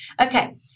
Okay